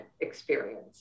experience